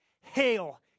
hail